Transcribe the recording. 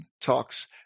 Talks